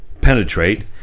penetrate